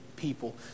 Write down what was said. people